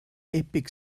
epic